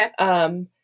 Okay